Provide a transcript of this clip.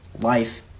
life